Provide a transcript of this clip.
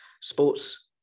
sports